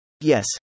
Yes